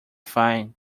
fine